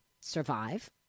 survive